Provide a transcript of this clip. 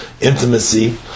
intimacy